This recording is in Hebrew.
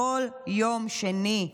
כל יום שני.